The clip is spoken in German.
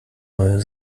neue